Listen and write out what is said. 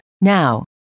Now